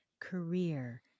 career